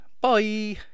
Bye